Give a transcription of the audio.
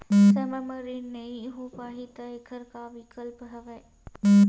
समय म ऋण नइ हो पाहि त एखर का विकल्प हवय?